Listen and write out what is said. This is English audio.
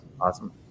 Awesome